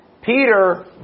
Peter